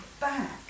back